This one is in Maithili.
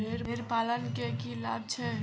भेड़ पालन केँ की लाभ छै?